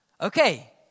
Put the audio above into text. Okay